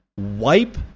Wipe